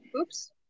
oops